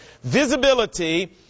visibility